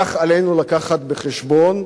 כך עלינו לקחת בחשבון